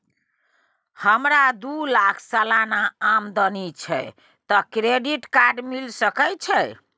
हमरा दू लाख सालाना आमदनी छै त क्रेडिट कार्ड मिल सके छै?